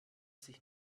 sich